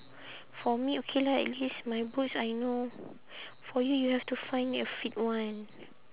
for me okay lah at least my boots I know for you you have to find a fit one